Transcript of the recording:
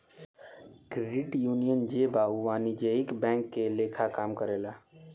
credit union जे बा उ वाणिज्यिक बैंक के लेखा काम करेला